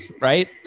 Right